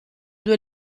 due